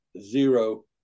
zero